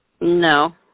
No